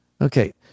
Okay